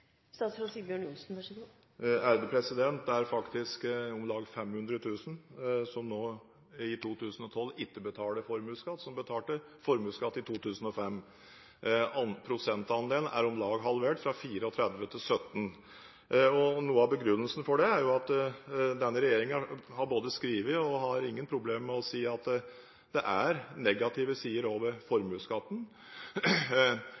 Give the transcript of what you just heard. Det er faktisk om lag 500 000 som nå, i 2012, ikke betaler formuesskatt, som betalte formuesskatt i 2005. Prosentandelen er om lag halvert, fra 34 pst. til 17 pst. Noe av begrunnelsen for det er – og denne regjeringen har skrevet og har ingen problemer med å si – at det også er negative sider